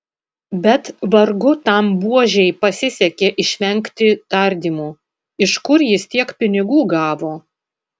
bet vargu tam buožei pasisekė išvengti tardymų iš kur jis tiek pinigų gavo